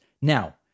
Now